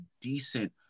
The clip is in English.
decent